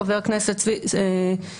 חבר הכנסת רוטמן,